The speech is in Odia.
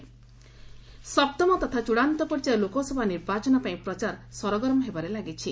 କ୍ୟାମ୍ପେନିଂ ସପ୍ତମ ତଥା ଚୂଡ଼ାନ୍ତ ପର୍ଯ୍ୟାୟ ଲୋକସଭା ନିର୍ବାଚନ ପାଇଁ ପ୍ରଚାର ସରଗରମ ହେବାରେ ଲାଗିଛି